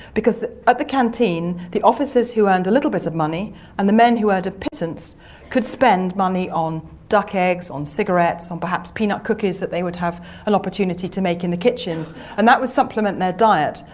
because at the canteen the officers who earned a little bit of money and the men who earned a pittance could spend money on duck eggs, on cigarettes, on perhaps peanut cookies that they would have an opportunity to make in the kitchens and that would supplement their diet.